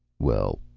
well,